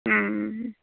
ও